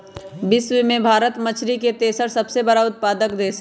विश्व में भारत मछरी के तेसर सबसे बड़ उत्पादक देश हई